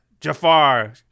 jafar